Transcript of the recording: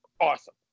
Awesome